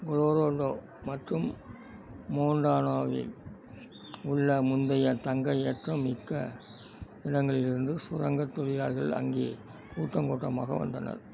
Colorado மற்றும் மோன்டனாவில் உள்ள முந்தைய தங்க ஏற்றம் மிக்க இடங்களிலிருந்து சுரங்கத் தொழிலாளர்கள் அங்கே கூட்டம் கூட்டமாக வந்தனர்